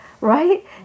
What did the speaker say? right